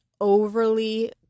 overly